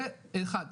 זה אחד,